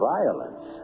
violence